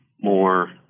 more